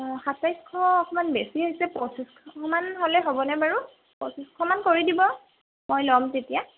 অ' সাতাইছশ অকণমান বেছি হৈছে পঁচিছশমান হ'লে হ'বনে বাৰু পঁচিছশমান কৰি দিব মই ল'ম তেতিয়া